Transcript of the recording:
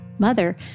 mother